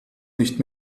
nicht